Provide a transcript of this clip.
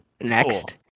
next